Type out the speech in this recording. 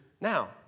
now